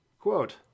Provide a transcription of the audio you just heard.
Quote